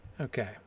Okay